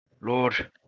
Lord